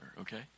okay